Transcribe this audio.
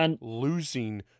losing